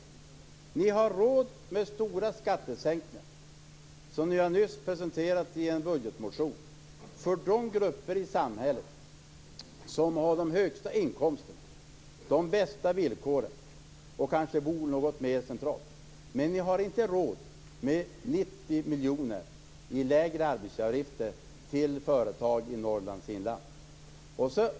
Ni har råd med stora skattesänkningar, som ni nyligen har presenterat i en budgetmotion, för de grupper i samhället som har de högsta inkomsterna, de bästa villkoren och som kanske bor något mer centralt. Men ni har inte råd med 90 miljoner i lägre arbetsgivareavgifter till företag i Norrlands inland.